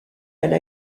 elle